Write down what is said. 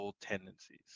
tendencies